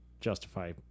justify